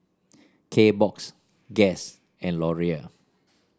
Kbox Guess and Laurier